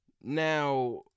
Now